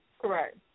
Correct